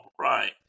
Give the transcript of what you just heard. right